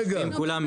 יושבים עם כולם,